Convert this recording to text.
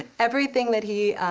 and everything that he.